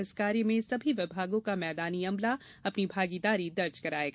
इस कार्य में सभी विभागों का मैदानी अमला अपनी भागीदारी दर्ज करायेगा